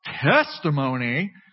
testimony